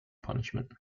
punishment